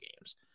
games